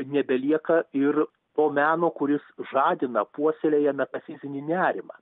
nebelieka ir to meno kuris žadina puoselėja metafizinį nerimą